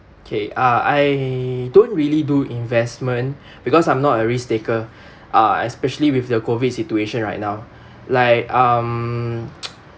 okay uh I don't really do investment because I'm not a risk taker uh especially with the COVID situation right now like um